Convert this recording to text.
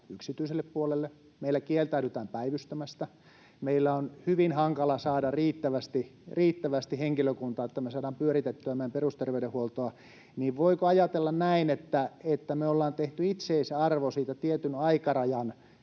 yksityiselle puolelle, meillä kieltäydytään päivystämästä, meillä on hyvin hankala saada riittävästi henkilökuntaa, niin että me saadaan pyöritettyä meidän perusterveydenhuoltoa, niin voiko ajatella näin, että me ollaan tehty itseisarvo siitä tietyn aikarajan